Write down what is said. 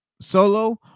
solo